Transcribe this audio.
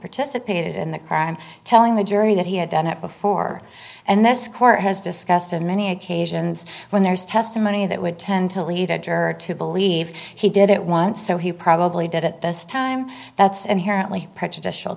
participated in the crime telling the jury that he had done it before and this court has discussed in many occasions when there is testimony that would tend to lead a jerk to believe he did it once so he probably did it this time that's inherently prejudicial